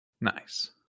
Nice